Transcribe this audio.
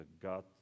God